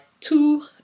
two